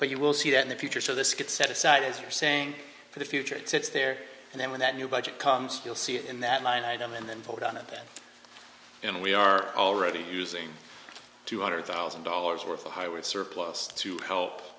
but you will see that in the future so this gets set aside as you're saying for the future it sits there and then when that new budget comes you'll see it in that line item and then vote on it and we are already using two hundred thousand dollars worth of highway surplus to help